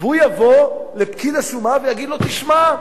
והוא יבוא לפקיד השומה ויגיד לו: תשמע,